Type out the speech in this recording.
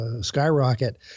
skyrocket